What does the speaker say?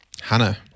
Hannah